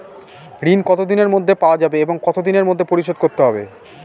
ঋণ কতদিনের মধ্যে পাওয়া যাবে এবং কত দিনের মধ্যে পরিশোধ করতে হবে?